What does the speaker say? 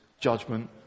judgment